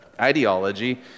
ideology